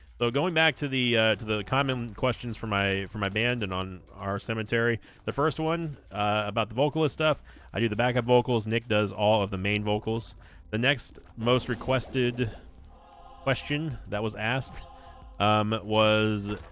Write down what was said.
though going back to the the common questions for my for my band and on our cemetery the first one about the vocalist stuff i do the backup vocals nick does all of the main vocals the next most requested question that was asked um was